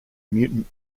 mutant